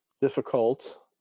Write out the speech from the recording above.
difficult